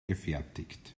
gefertigt